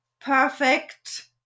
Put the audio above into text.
perfect